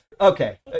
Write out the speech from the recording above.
okay